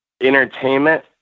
entertainment